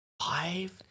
Five